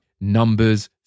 numbers